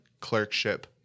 Clerkship